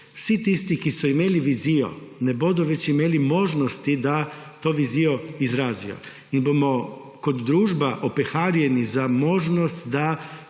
vsi tisti, ki so imeli vizijo, ne bodo več imeli možnosti, da to vizijo izrazijo. Kot družba bomo opeharjeni za možnost, da